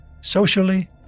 socially